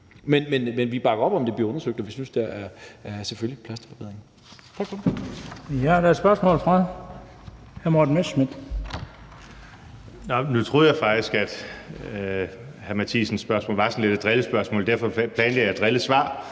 Men vi bakker op om, at det bliver undersøgt, og vi synes selvfølgelig, at der er plads til forbedring.